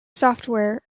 software